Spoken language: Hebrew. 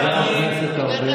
יא חצוף.